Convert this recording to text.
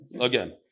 again